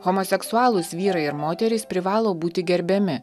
homoseksualūs vyrai ir moterys privalo būti gerbiami